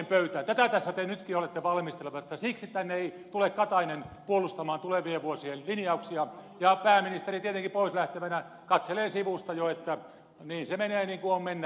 tätä tässä te nytkin olette valmistelemassa eli siksi tänne ei tule katainen puolustamaan tulevien vuosien linjauksia ja pääministeri tietenkin pois lähtevänä katselee sivusta jo että niin se menee niin kuin on mennäkseen